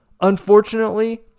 Unfortunately